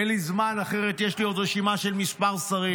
אין לי זמן, אחרת יש לי רשימה של עוד כמה שרים.